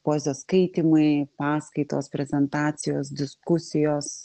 poezijos skaitymai paskaitos prezentacijos diskusijos